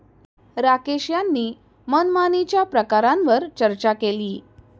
राकेश यांनी मनमानीच्या प्रकारांवर चर्चा केली